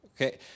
Okay